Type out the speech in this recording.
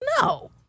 No